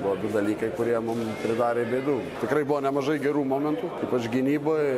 buvo du dalykai kurie mum pridarė bėdų tikrai buvo nemažai gerų momentų ypač gynyboj